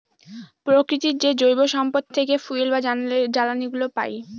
প্রকৃতির যে জৈব সম্পদ থেকে ফুয়েল বা জ্বালানিগুলো পাই